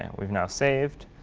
and we've now saved,